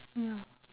yeah